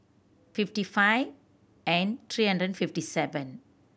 fifty five and three hundred fifty seven